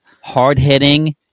hard-hitting